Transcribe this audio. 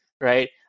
right